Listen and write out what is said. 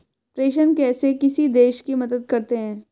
प्रेषण कैसे किसी देश की मदद करते हैं?